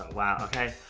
wow, okay,